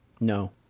No